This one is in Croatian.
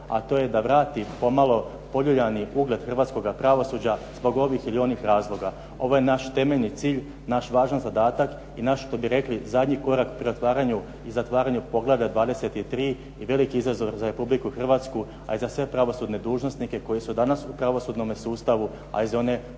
a to je da vrati pomalo poljuljani ugled hrvatskoga pravosuđa zbog ovih ili onih razloga. Ovo je naš temeljni cilj, naš važan zadatak i naš kako bi rekli zadnji korak u pretvaranju i zatvaranju poglavlja 23. i veliki izazov za Republiku Hrvatsku, a i za sve pravosudne dužnosnike koji su danas u pravosudnome sustavu, a i za one